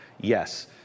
yes